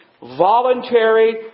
voluntary